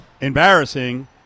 embarrassing